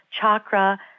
chakra